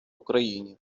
україні